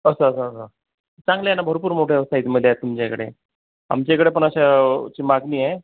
असं असं असं चांगले आहे ना भरपूर मोठ्या साईजमध्ये आहे तुमच्याकडे आमच्याकडे पण अशा ची मागणी आहे